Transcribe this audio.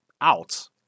out